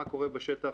מה קורה בשטח